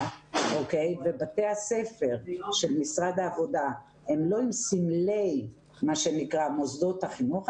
ובתי הספר של משרד העבודה הם לא עם סמלי מוסדות החינוך,